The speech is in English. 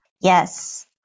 Yes